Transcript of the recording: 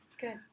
Good